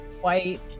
white